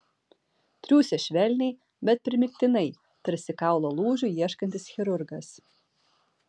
triūsė švelniai bet primygtinai tarsi kaulo lūžių ieškantis chirurgas